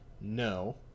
No